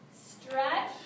stretch